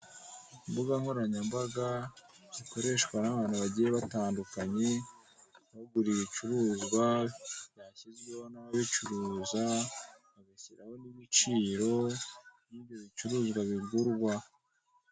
Imbuga nkoranyambaga zikoreshwa n'abantu bagiye batandukanye bagura ibicuruzwa byashyizweho n'ababicuruza babishyiraho n'ibiciro by'ibyo bicuruzwa bigurwa.